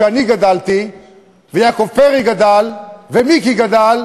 כשאני גדלתי ויעקב פרי גדל ומיקי גדל,